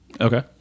Okay